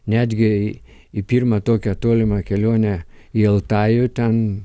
netgi į pirmą tokią tolimą kelionę į altajų ten